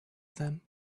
them